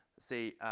say,